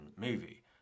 movie